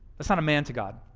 that's not a man to god.